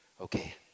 Okay